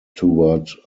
toward